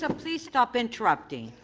ah please stop interrupting.